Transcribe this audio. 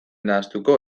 nahastuko